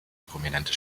prominente